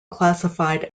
classified